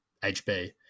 HB